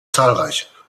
zahlreich